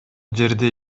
жерде